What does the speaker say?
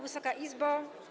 Wysoka Izbo!